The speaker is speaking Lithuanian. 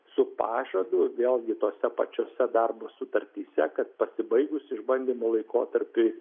su pažadu vėlgi tose pačiose darbo sutartyse kad pasibaigus išbandymo laikotarpiui